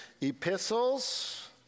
Epistles